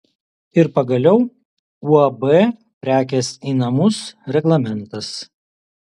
ir pagaliau uab prekės į namus reglamentas